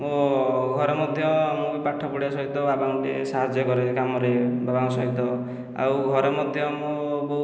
ମୋ ଘରେ ମଧ୍ୟ ମୁଁ ବି ପାଠ ପଢ଼ିବା ସହିତ ବାବାଙ୍କୁ ଟିକେ ସାହାଯ୍ୟ କରେ କାମରେ ବାବାଙ୍କ ସହିତ ଆଉ ଘରେ ମଧ୍ୟ ମୁଁ ବୋଉକୁ